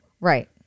Right